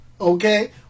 okay